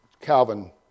Calvin